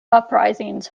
uprisings